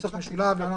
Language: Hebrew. התשכ"ט 1969 (להלן,